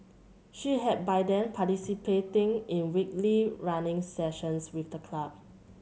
she had by then participating in weekly running sessions with the club